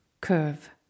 curve